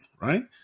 right